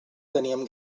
teníem